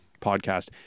podcast